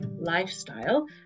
lifestyle